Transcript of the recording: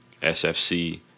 SFC